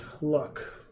luck